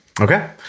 okay